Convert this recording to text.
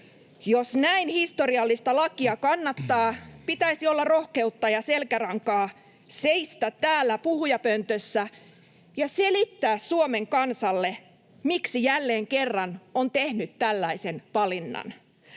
Jos näin historiallista lakia kannattaa, pitäisi olla rohkeutta ja selkärankaa seistä täällä puhujapöntössä ja selittää Suomen kansalle, miksi jälleen kerran on tehnyt tällaisen valinnan.